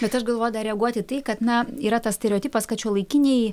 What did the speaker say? bet aš galvoju dar reaguoti į tai kad na yra tas stereotipas kad šiuolaikiniai